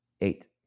Eight